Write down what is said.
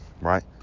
right